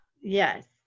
Yes